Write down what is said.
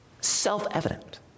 self-evident